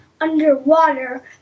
underwater